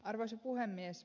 arvoisa puhemies